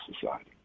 society